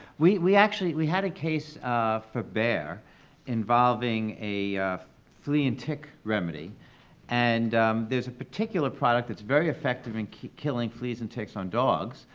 we we actually, we had a case um for bayer involving a flea and tick remedy and there's a particular product that's very effective and in killing fleas and ticks on dogs,